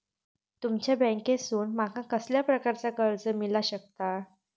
तुमच्या बँकेसून माका कसल्या प्रकारचा कर्ज मिला शकता?